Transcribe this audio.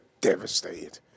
devastated